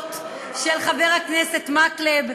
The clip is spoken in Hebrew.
ההסתייגויות של חבר הכנסת מקלב,